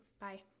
Bye